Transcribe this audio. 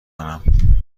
دارم